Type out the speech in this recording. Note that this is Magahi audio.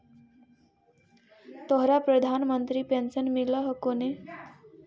तोहरा प्रधानमंत्री पेन्शन मिल हको ने?